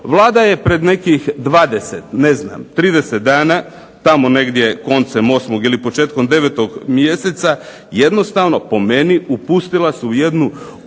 Vlada je pred nekih 20, 30 dana tamo negdje koncem 8. ili početkom 9. mjeseca jednostavno po meni upustila se u jednu